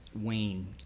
wane